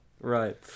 Right